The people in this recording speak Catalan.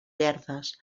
verdes